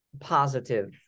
positive